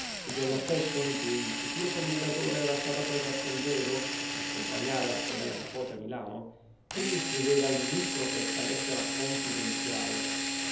il giorno stesso in cui il futuro commendatore era stato a prender congedo per accompagnare la sua bella nepote a milano egli scriveva al ministro questa lettera confidenziale